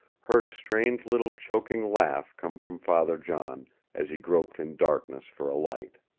heard a strange little choking laugh come from father john as he groped in darkness for a light.